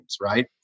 right